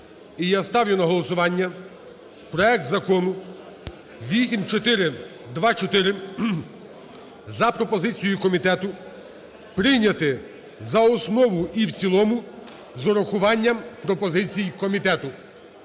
І я ставлю на голосування проект Закону 8424 за пропозицією комітету прийняти за основу і в цілому з урахуванням пропозицій комітету.